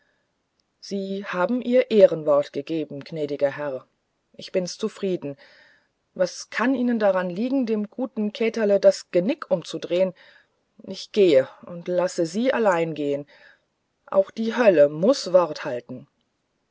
sie haben ihr ehrenwort gegeben gnädiger herr ich bin zufrieden was kann ihnen auch daran liegen dem guten käterle das genick umzudrehen ich gehe und lasse sie allein gehen auch die hölle muß wort halten